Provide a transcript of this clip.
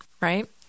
right